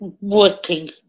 working